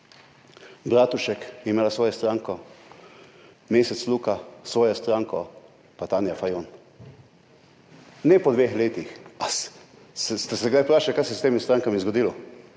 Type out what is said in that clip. Bratušek je imela svojo stranko, Mesec Luka svojo stranko pa Tanja Fajon. Ne po dveh letih. A ste se kdaj vprašali, kaj se je s temi strankami zgodilo?